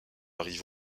rive